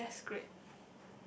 okay that's great